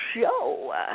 show